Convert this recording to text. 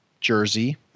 jersey